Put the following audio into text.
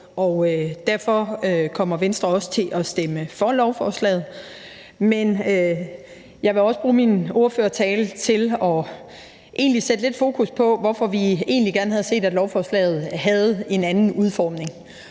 derfor kommer Venstre også til at stemme for lovforslaget. Men jeg vil også bruge min ordførertale til at sætte lidt fokus på, hvorfor vi egentlig gerne havde set, at lovforslaget havde en anden udformning.